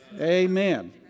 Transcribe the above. Amen